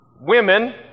women